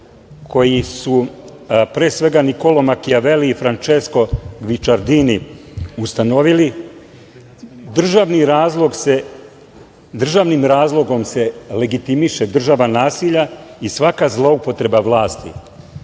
koji su pre svega Nikolo Makijaveli i Frančesko Gvičardini ustanovili. Državnim razlogom se legitimiše država nasilja i svaka zloupotreba vlasti.